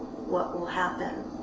what will happen?